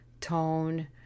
tone